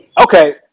Okay